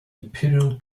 imperial